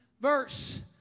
Verse